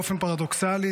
באופן פרדוקסלי,